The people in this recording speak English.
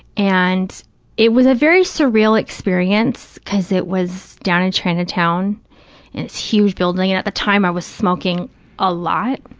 and it was a very surreal experience because it was down in chinatown in this huge building, and at the time i was smoking a lot,